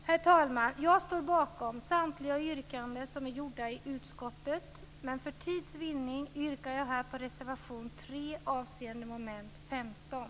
Herr talman! Jag står bakom samtliga yrkanden som är gjorda i utskottet, men för tids vinning yrkar jag här bifall till reservation 3 under mom. 15.